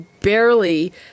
barely